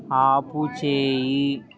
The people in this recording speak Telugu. ఆపుచేయి